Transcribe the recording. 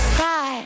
cry